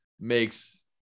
makes